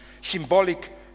symbolic